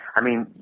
i mean,